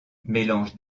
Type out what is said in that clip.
mélange